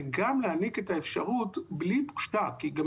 וגם להעניק את האפשרות בלי --- כי גם